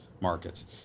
markets